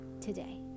today